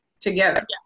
together